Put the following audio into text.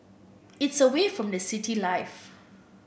it's away from the city life